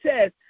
says